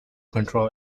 control